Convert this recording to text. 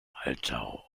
altar